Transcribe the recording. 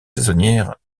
saisonnières